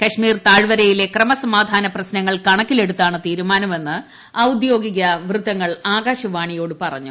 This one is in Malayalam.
കശ്മീർ താഴ്വരയിലെ ക്രമസമാധാന പ്രശ്നങ്ങൾ കണക്കിലെടുത്താണ് തീരുമാനമെന്ന് ഔദ്യോഗിക വൃത്തങ്ങൾ ആകാശവാണിയോട് പറഞ്ഞു